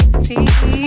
see